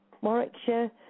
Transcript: Warwickshire